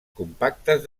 compactes